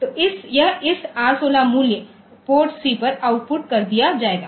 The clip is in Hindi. तो यह इस R16 मूल्य PORTC पर आउटपुट कर दिया जायेगा